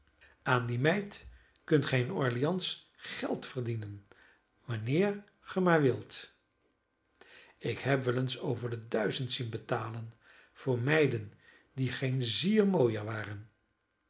aan die meid kunt gij in orleans geld verdienen wanneer ge maar wilt ik heb wel eens over de duizend zien betalen voor meiden die geen zier mooier waren